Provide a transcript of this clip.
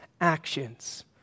actions